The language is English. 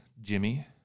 Jimmy